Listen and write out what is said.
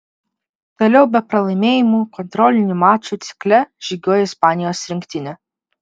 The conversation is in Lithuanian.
toliau be pralaimėjimų kontrolinių mačų cikle žygiuoja ispanijos rinktinė